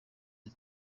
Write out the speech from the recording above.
ati